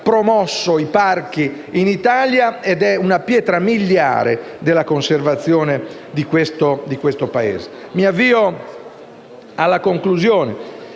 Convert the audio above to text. la promozione dei parchi in Italia e una pietra miliare della conservazione di questo Paese. Mi avvio alla conclusione: